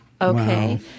okay